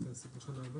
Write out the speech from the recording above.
את התהליך.